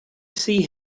see